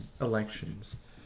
elections